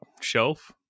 shelf